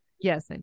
Yes